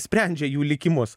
sprendžia jų likimus